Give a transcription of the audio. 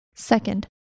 Second